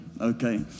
okay